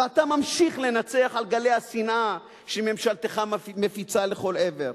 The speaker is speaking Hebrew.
ואתה ממשיך לנצח על גלי השנאה שממשלתך מפיצה לכל עבר.